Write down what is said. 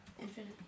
Infinite